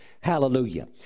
Hallelujah